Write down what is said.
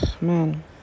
man